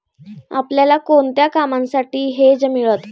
आपल्याला कोणत्या कामांसाठी हेज मिळतं?